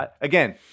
again